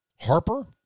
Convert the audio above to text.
Harper